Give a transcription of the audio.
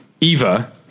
Eva